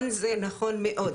נכון מאוד.